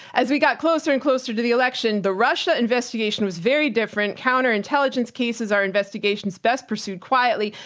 as we got closer and closer to the election, the russia investigation was very different, counter intelligence cases are investigations best pursued quietly,